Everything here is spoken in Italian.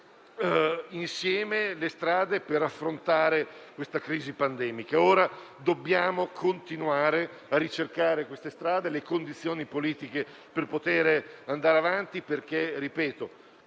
insieme le strade per affrontare questa crisi pandemica. Ora dobbiamo continuare a ricercare strade e condizioni politiche per poter andare avanti, perché - ripeto